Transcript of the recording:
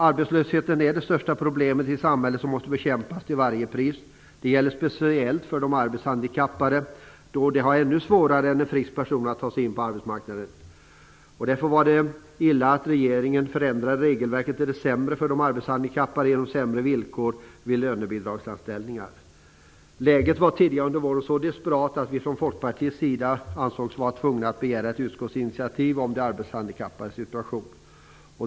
Arbetslösheten är det största problemet i samhället som måste bekämpas till varje pris. Det gäller speciellt för de arbetshandikappade, då de har ännu svårare än en frisk person att ta sig in på arbetsmarknaden. Det var därför illa att regeringen förändrade regelverket till det sämre för de arbetshandikappade genom sämre villkor vid lönebidragsanställningar. Läget var tidigare under våren så desperat att vi från Folkpartiets sida ansåg oss vara tvungna att begära ett utskottsinitiativ om de arbetshandikappades situation.